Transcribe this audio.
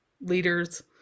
leaders